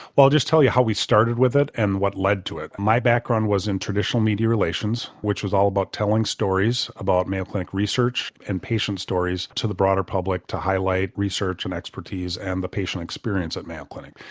well i'll just tell you how we started with it and what led to it. my background was in traditional media relations which was all about telling stories about mayo clinic research and patients' stories to the broader public to highlight research and expertise and the patient experience at the mayo clinic.